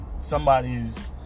somebody's